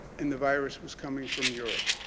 and the virus was coming from europe.